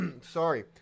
sorry